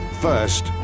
First